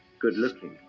good-looking